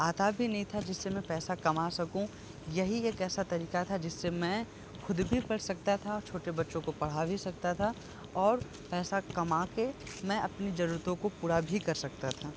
आता भी नहीं था जिससे मैं पैसा कमा सकूँ यही एक ऐसा तरीका था जिससे मैं खुद भी पढ़ सकता था और छोटे बच्चों को पढ़ा भी सकता था और पैसा कमा के मैं अपनी जरूरतों को पूरा भी कर सकता था